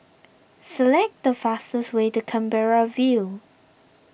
select the fastest way to Canberra View